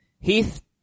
Heath